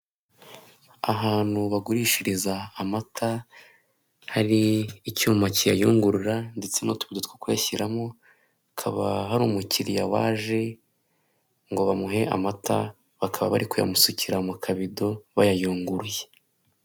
Ahantu bagurishiriza amata, hari icyuma kiyayungurura ndetse n'utubido two kuyashyiramo. Hakaba hari umukiriya waje ngo bamuhe amata, bakaba bari kuyamusukira mu kabido bayayunguruye.